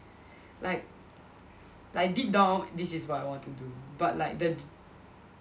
like like deep down this is what I want to do but like the